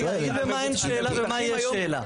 רגע, אני אגיד במה אין שאלה ובמה יש שאלה.